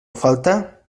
falta